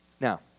Now